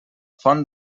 font